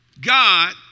God